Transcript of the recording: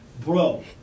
bro